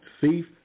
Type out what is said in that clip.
thief